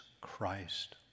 Christ